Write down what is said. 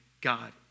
God